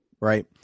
right